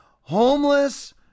homeless